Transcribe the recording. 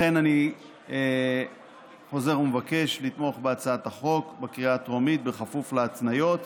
לכן אני חוזר ומבקש לתמוך בהצעת החוק בקריאה הטרומית בכפוף להתניות.